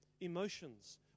emotions